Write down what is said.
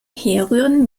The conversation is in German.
herrühren